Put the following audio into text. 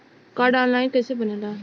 Card online कइसे बनेला?